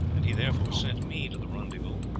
and he therefore sent me to the rendezvous.